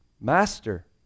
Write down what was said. Master